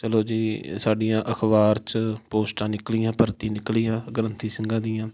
ਚਲੋ ਜੀ ਸਾਡੀਆਂ ਅਖ਼ਬਾਰ 'ਚ ਪੋਸਟਾਂ ਨਿਕਲੀਆਂ ਭਰਤੀ ਨਿਕਲੀਆਂ ਗ੍ਰੰਥੀ ਸਿੰਘਾਂ ਦੀਆਂ